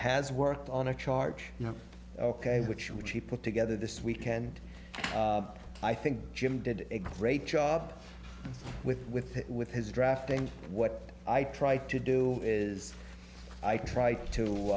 has worked on a charge you know ok which which he put together this weekend i think jim did a great job with with with his drafting what i try to do is i try to